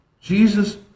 Jesus